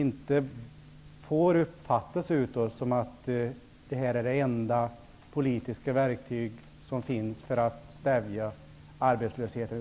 De får inte uppfattas som att de är de enda politiska verktyg som finns för att stävja arbetslösheten.